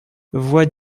voix